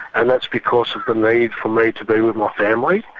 and that's because of the need for me to be with my family.